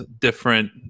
different